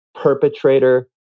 perpetrator